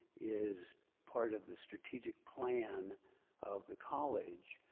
is part of the strategic plan of the college.